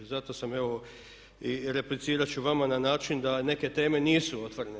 Zato sam evo i replicirat ću vama na način da neke teme nisu otvorene.